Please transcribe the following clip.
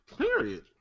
period